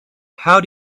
how